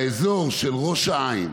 באזור של ראש העין,